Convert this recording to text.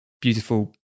beautiful